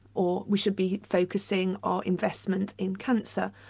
or we should be focusing on investment in cancer.